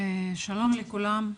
שלום לכולם.